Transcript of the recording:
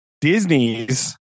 Disney's